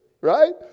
right